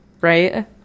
right